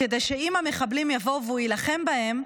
כדי שאם המחבלים יבואו והוא יילחם בהם,